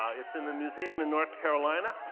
ah it's in the museum in north carolina.